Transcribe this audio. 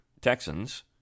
Texans